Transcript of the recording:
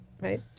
right